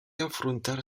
enfrontar